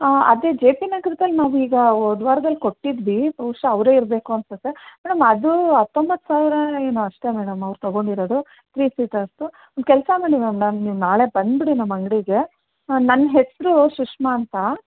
ಆಂ ಅದೇ J P ನಗ್ರದಲ್ಲಿ ನಾವೀಗ ಹೋದ ವಾರ್ದಲ್ಲಿ ಕೊಟ್ಟಿದ್ವಿ ಬಹುಶ ಅವರೇ ಇರಬೇಕು ಅನ್ನಿಸುತ್ತೆ ಮೇಡಮ್ ಅದು ಹತ್ತೊಂಬತ್ತು ಸಾವಿರ ಏನೋ ಅಷ್ಟೇ ಮೇಡಮ್ ಅವ್ರು ತೊಗೊಂಡಿರೋದು ತ್ರೀ ಸೀಟರ್ಸ್ದು ಒಂದು ಕೆಲಸ ಮಾಡಿ ಮ್ಯಾಮ್ ನಾನು ನೀವು ನಾಳೆ ಬಂದುಬಿಡಿ ನಮ್ಮ ಅಂಗಡಿಗೆ ಹಾಂ ನನ್ನ ಹೆಸರು ಸುಷ್ಮಾ ಅಂತ